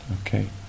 Okay